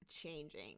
changing